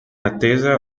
attesa